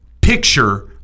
picture